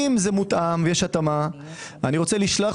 אם זה מותאם ויש התאמה אני רוצה לשלוח